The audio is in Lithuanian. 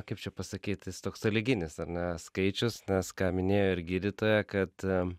kaip čia pasakyt jis toks sąlyginis ar ne skaičius nes ką minėjo ir gydytoja kad